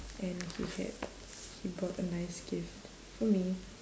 and he had he bought a nice gift for me